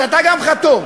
שאתה גם חתום,